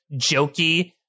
jokey